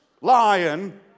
lion